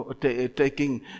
taking